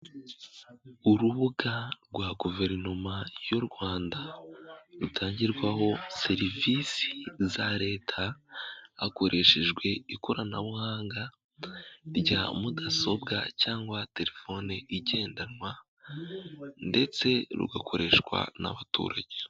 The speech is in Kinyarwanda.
Urubuga rwa Guverinoma y'u Rwanda rutangirwaho serivisi za leta, hakoreshejwe ikoranabuhanga rya mudasobwa cyangwa telefoni igendanwa ndetse rugakoreshwa n'abaturage.